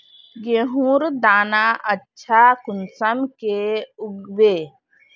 गेहूँर दाना अच्छा कुंसम के उगबे?